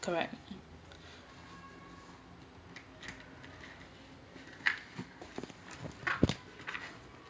correct